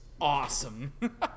awesome